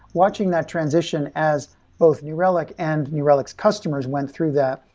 watching that transition as both new relic and new relic's customers went through that,